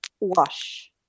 wash